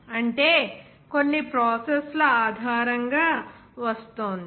అంటే కొన్ని ప్రాసెస్ ల ఆధారంగా వస్తోంది